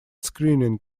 screening